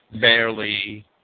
barely